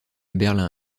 berlin